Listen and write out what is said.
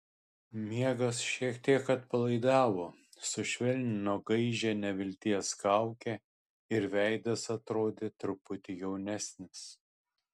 miegas šiek tiek atpalaidavo sušvelnino gaižią nevilties kaukę ir veidas atrodė truputį jaunesnis